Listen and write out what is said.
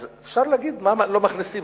אז אפשר להגיד מה לא מכניסים.